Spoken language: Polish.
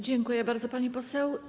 Dziękuję bardzo, pani poseł.